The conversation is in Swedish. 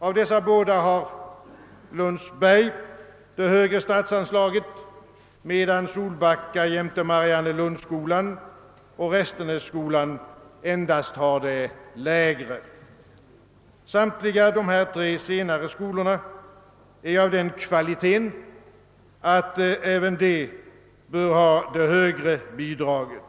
Av dessa båda skolor har Lundsberg det högre statsanslaget, medan det lägre statsanslaget utgår till Solbacka läroverk jämte Mariannelundsskolan och Restenässkolan. Samtliga de tre senare skolorna har sådan kvalitet att även de borde få det högre bidraget.